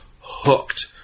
hooked